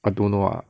I don't know lah